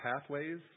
pathways